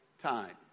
time